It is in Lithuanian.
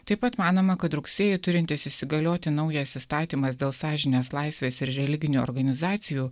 taip pat manoma kad rugsėjį turintis įsigalioti naujas įstatymas dėl sąžinės laisvės ir religinių organizacijų